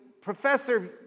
professor